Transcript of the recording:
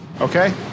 Okay